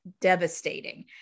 devastating